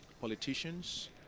politicians